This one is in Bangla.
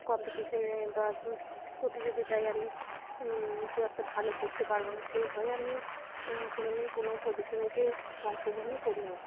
কম্পিটিশানে বা পো প্রতিযোগিতায় আমি খুব একটা ভালো করতে পারবো না সেই ভয়ে আমি কোনো দিন কোনো প্রদর্শনীতে অংশগ্রহণ করি নি